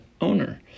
owner